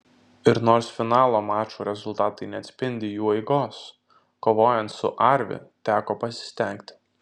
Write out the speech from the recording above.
ir nors finalo mačų rezultatai neatspindi jų eigos kovojant su arvi teko pasistengti